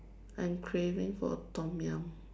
I'm craving for Tom-Yum